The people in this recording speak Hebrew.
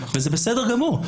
וזה בסדר גמור.